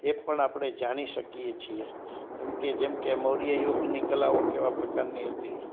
એ પણ આપણે જાણી શકીએ છીએ એમ કે જેમકે મૌર્ય યુગની કલાઓ કેવા પ્રકારની હતી